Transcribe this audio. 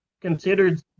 considered